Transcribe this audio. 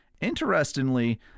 Interestingly